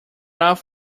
off